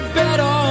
better